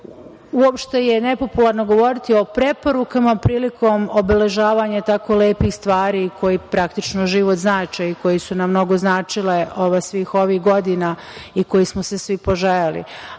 govori. Uopšte je nepopularno govoriti o preporukama prilikom obeležavanja tako lepih stvari koje praktično život znače i koje su nam mnogo značile svih ovih godina i kojih smo se svi poželeli,